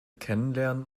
kennenlernen